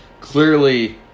clearly